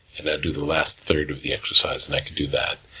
and do the last third of the exercise, and i could do that.